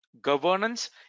governance